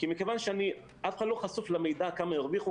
כי מכיוון שאף אחד לא חשוף למידע כמה הרוויחו,